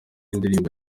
indirimbo